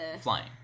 Flying